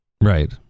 Right